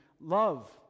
love